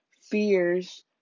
fears